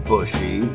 Bushy